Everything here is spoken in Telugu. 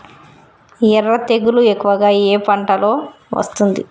ఎర్ర తెగులు ఎక్కువగా ఏ పంటలో వస్తుంది?